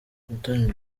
umutoni